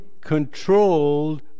controlled